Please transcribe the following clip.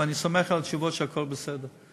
ואני שמח על התשובות שהכול בסדר.